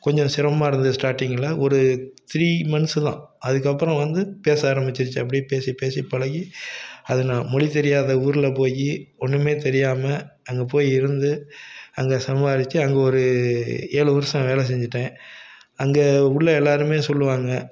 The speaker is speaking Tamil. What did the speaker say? கொஞ்சம் சிரமமாக இருந்தது ஸ்டார்டிங்கில் ஒரு த்ரீ மந்த்ஸ்தான் அதுக்கப்புறம் வந்து பேச ஆரமிச்சிருச்சு அப்டேயே பேசி பேசி பழகி அதை நான் மொழி தெரியாத ஊரில் போய் ஒன்றுமே தெரியாமல் அங்கே போய் இருந்து அங்கே சம்பாதிச்சி அங்கே ஒரு ஏழு வருஷம் வேலை செஞ்சுட்டேன் அங்கே உள்ளே எல்லோருமே சொல்லுவாங்க